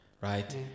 right